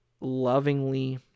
lovingly